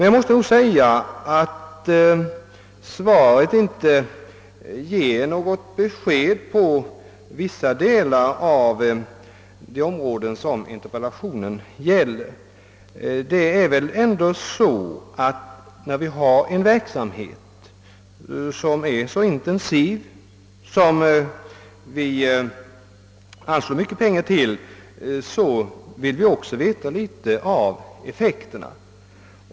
Jag måste säga att svaret inte ger något besked när det gäller vissa delar av de områden som min interpellation avser. När verksamheten är så intensiv och när vi anslår så mycket pengar till den vill vi också veta litet om effekterna.